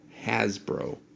Hasbro